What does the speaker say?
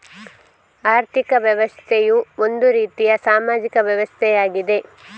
ಆರ್ಥಿಕ ವ್ಯವಸ್ಥೆಯು ಒಂದು ರೀತಿಯ ಸಾಮಾಜಿಕ ವ್ಯವಸ್ಥೆಯಾಗಿದೆ